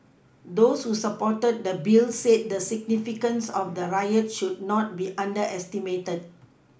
those who supported the Bill said the significance of the riot should not be underestimated